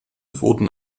wurden